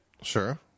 Sure